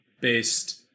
based